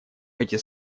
эти